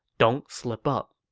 don't slip up.